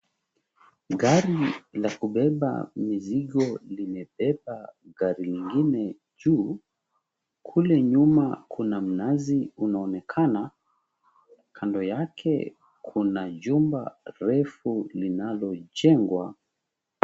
Gari la kubeba mizigo limebeba gari lingine juu. Kule nyuma kuna mnazi unaonekana. Kando yake kuna jumba refu linalojengwa.